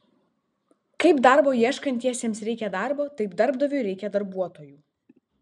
kaip darbo ieškantiesiems reikia darbo taip darbdaviui reikia darbuotojų